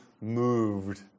moved